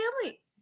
family